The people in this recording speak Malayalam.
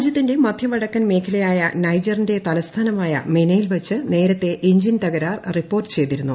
രാജ്യത്തിന്റെ മധ്യ വടക്കൻ മേഖലയായ നൈജറിന്റെ തലസ്ഥാനമായ മിനയിൽ വച്ച് നേരത്തെ എഞ്ചിൻ തകരാർ റിപ്പോർട്ട് ചെയ്തിരുന്നു